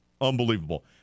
Unbelievable